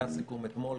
היה סיכום אתמול,